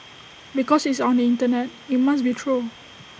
because it's on the Internet IT must be true